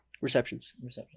Receptions